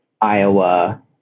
Iowa